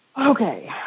Okay